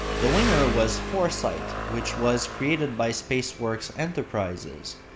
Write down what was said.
the winner was foresight which was created by spaceworks enterprises.